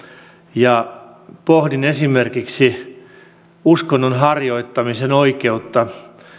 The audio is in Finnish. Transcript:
ja pohdin esimerkiksi uskonnonharjoittamisen oikeutta